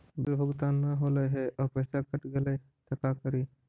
Bill भुगतान न हौले हे और पैसा कट गेलै त का करि?